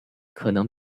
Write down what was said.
可能